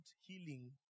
healing